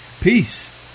Peace